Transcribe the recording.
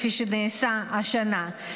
כפי שנעשה השנה,